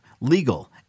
legal